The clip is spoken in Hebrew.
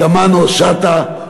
תמנו-שטה,